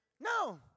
No